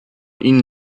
ihnen